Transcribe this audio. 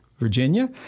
Virginia